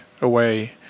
away